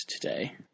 today